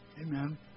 Amen